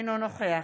אינו נוכח